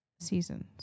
Seasons